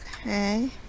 Okay